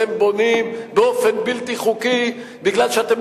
אתם בונים באופן בלתי חוקי משום שאתם